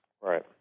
Right